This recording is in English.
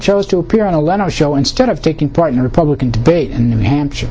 chose to appear on the leno show instead of taking part in a republican debate in new hampshire